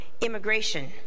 immigration